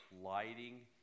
lighting